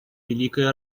великой